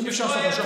אם אפשר לעשות משהו,